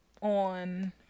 on